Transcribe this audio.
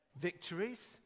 victories